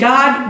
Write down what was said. God